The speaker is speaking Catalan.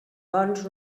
bons